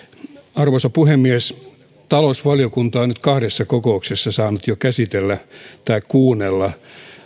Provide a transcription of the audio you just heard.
arvoisa puhemies talousvaliokunta on nyt jo kahdessa kokouksessa saanut kuunnella